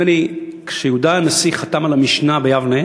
נדמה לי, כשיהודה הנשיא חתם על המשנה ביבנה